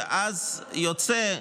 ואז יוצא,